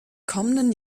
kommenden